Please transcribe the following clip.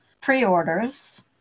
pre-orders